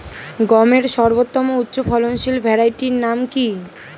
গমের সর্বোত্তম উচ্চফলনশীল ভ্যারাইটি নাম কি?